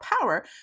power